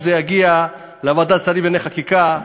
כשזה יגיע לוועדת השרים לענייני חקיקה,